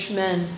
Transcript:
men